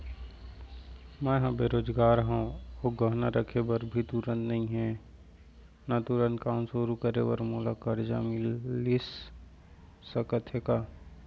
मैं ह बेरोजगार हव अऊ गहना रखे बर भी तुरंत नई हे ता तुरंत काम शुरू करे बर मोला करजा मिलिस सकत हे का?